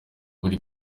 muri